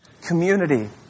community